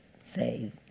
say